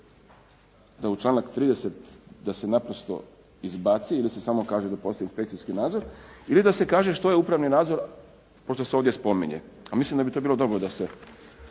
da u članak 30. da se naprosto izbaci ili se samo kaže da postoji inspekcijski nadzor ili da se kaže što je upravni nadzor pošto se ovdje spominje, a mislim da bi bilo dobro da se